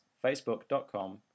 Facebook.com